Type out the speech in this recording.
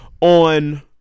on